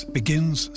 begins